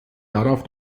darauf